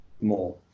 more